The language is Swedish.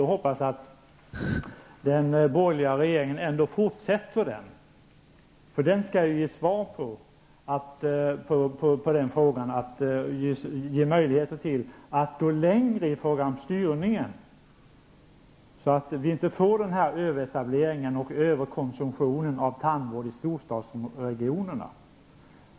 Jag hoppas att den borgerliga regeringen ändå fortsätter den, för den skall ge svar på frågan om möjligheten att gå ännu längre i styrning för att vi inte skall få en överetablering och överkonsumtion av tandvård i storstadsregionerna.